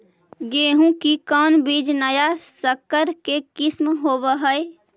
गेहू की कोन बीज नया सकर के किस्म होब हय?